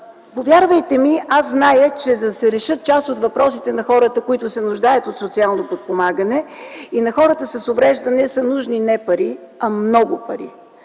Повярвайте ми, аз зная, че за да се решат част от въпросите на хората, които се нуждаят от социално подпомагане и на хората с увреждан,е са нужни не пари, а много пари.